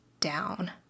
down